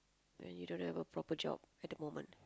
when you don't have a proper job at the moment